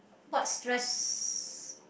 what stress